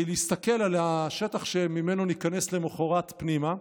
להסתכל על השטח שממנו ניכנס למוחרת פנימה.